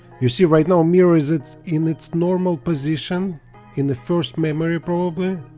you see right now mirrors it's in its normal position in the first memory probably